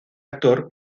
actor